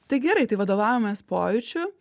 tai gerai tai vadovaujamės pojūčiu